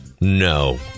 No